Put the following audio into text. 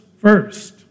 first